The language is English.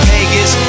Vegas